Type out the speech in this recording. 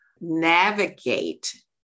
navigate